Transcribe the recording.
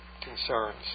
concerns